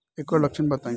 ऐकर लक्षण बताई?